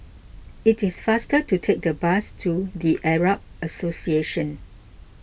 it is faster to take the bus to the Arab Association